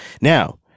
Now